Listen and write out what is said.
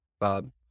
Bob